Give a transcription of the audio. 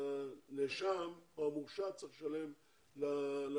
שהנאשם או המורשע צריך לשלם לנפגע.